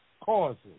causes